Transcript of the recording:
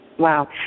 Wow